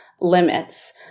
limits